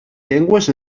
llengües